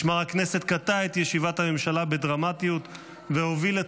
משמר הכנסת קטע את ישיבת הממשלה בדרמטיות והוביל את